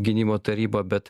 gynimo taryba bet